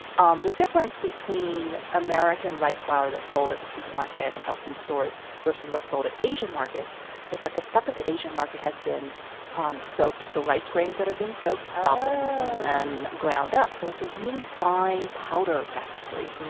um the difference between american rice flour that's sold at the supermarket and health food stores versus what's sold at asian markets is that the stuff at the asian market has been um soaked so rice grains that have been soaked softened and then ground up. so, it's a really fine powder practically.